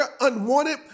unwanted